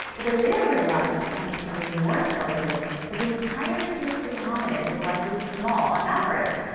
but they later realized, upon discovering more skeletons, that the entire species of hominid was likely small on average.